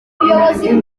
abakoloni